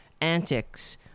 antics